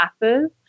classes